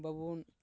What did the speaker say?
ᱵᱟᱵᱚᱱ